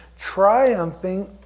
triumphing